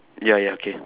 ya ya okay